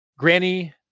granny